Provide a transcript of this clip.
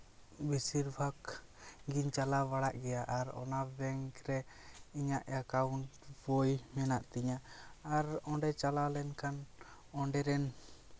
ᱵᱮᱥᱤᱨ ᱵᱷᱟᱜᱽ ᱜᱤᱧ ᱪᱟᱞᱟᱣ ᱵᱟᱲᱟᱜ ᱜᱮᱭᱟ ᱟᱨ ᱚᱱᱟ ᱵᱮᱝᱠ ᱨᱮ ᱤᱧᱟᱹᱜ ᱮᱠᱟᱣᱩᱱᱴ ᱵᱳᱭ ᱢᱮᱱᱟᱜ ᱛᱤᱧᱟᱹ ᱟᱨ ᱚᱸᱰᱮ ᱪᱟᱞᱟᱣ ᱞᱮᱱᱠᱷᱟᱱ ᱚᱸᱰᱮ ᱨᱮᱱ